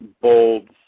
bold